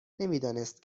نمیدانست